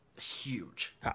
huge